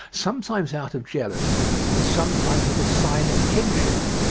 sometimes out of jealousy, and sometimes as a sign of kinship.